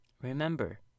Remember